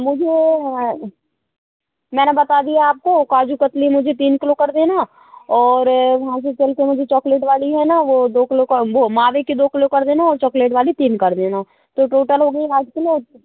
मुझे मैंने बता दिया आपको काजू कतली मुझे तीन किलो कर देना और वहाँ से चलकर मुझे चोकलेट है ना वह दो किलो का वह मावे के दो किलो कर देना और चोकलेट वाली तीन कर देना तो टोटल हो गई आठ किलो